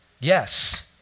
yes